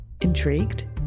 Intrigued